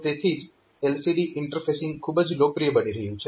તો તેથી જ LCD ઇન્ટરફેસિંગ ખૂબ જ લોકપ્રિય બની રહ્યું છે